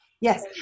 Yes